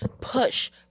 push